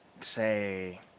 say